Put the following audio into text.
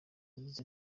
yagize